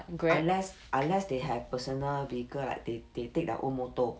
unless unless they have personal vehicle like they they take their own motor